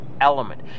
element